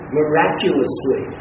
miraculously